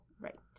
Right